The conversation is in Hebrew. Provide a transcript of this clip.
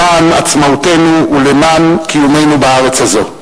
למען עצמאותנו ולמען קיומנו בארץ הזו.